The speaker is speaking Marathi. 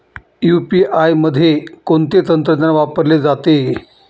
यू.पी.आय मध्ये कोणते तंत्रज्ञान वापरले जाते?